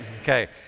Okay